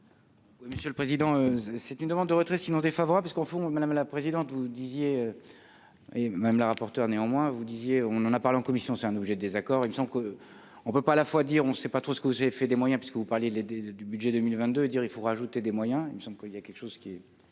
monsieur le président, c'est une demande de retrait sinon défavorable, parce qu'au fond, madame la présidente, vous disiez et Madame la rapporteure, néanmoins, vous disiez : on en a parlé en commission, c'est un objet de désaccord, il me semble que on peut pas à la fois dire on ne sait pas trop ce que j'ai fait des moyens parce que vous parlez des des du budget 2022 dire il faut rajouter des moyens, il me semble qu'il y a quelque chose qui est